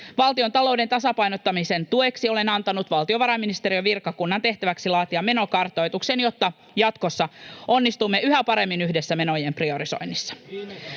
Valtion talouden tasapainottamisen tueksi olen antanut valtiovarainministeriön virkakunnan tehtäväksi laatia menokartoituksen, [Sari Sarkomaa: Vaje on 10 miljardia euroa!] jotta jatkossa onnistumme yhä paremmin yhdessä menojen priorisoinnissa.